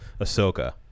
Ahsoka